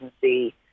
see